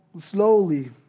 slowly